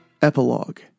Epilogue